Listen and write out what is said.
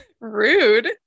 Rude